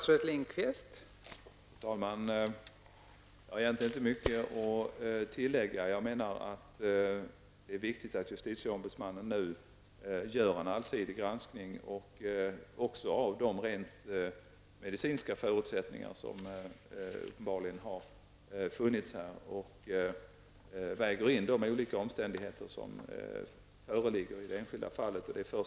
Fru talman! Jag har inte mycket att tillägga. Det är viktigt att justitieombudsmannen gör en allsidig granskning också av de rent medicinska förutsättningar som uppenbarligen funnits. De olika omständigheterna i det enskilda fallet skall vägas in.